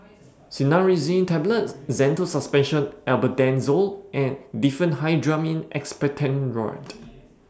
Cinnarizine Tablets Zental Suspension Albendazole and Diphenhydramine Expectorant